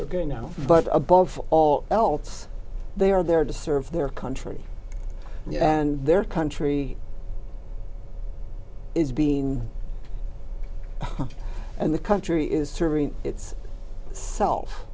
they're going out but above all else they are there to serve their country and their country is being and the country is serving its self